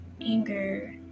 anger